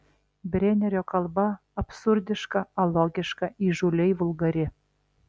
brenerio kalba absurdiška alogiška įžūliai vulgari